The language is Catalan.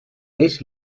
eix